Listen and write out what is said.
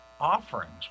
offerings